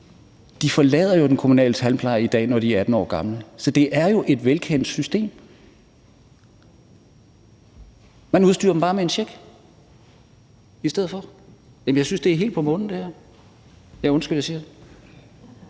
De forlader jo i dag den kommunale tandpleje, når de er 18 år gamle. Så det er jo et velkendt system. Man udstyrer dem bare med en check i stedet for. Jeg synes, det her er helt på Månen; ja, undskyld jeg siger det.